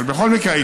אבל בכל מקרה,